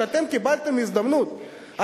אתם קיבלתם הזדמנות,